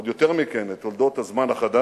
ועוד יותר מכך את תולדות הזמן החדש,